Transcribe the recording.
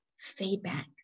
feedback